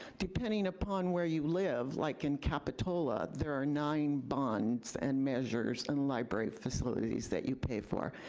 depending upon where you live, like in capitola, there are nine bonds and measures and library facilities that you pay for.